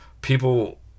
People